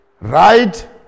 Right